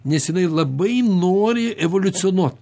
nes jinai labai nori evoliucionuot